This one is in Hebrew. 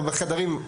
הורדנו.